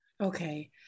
Okay